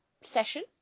session